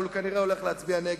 אבל הוא כנראה הולך להצביע נגד.